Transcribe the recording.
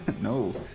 No